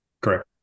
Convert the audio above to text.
Correct